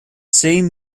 same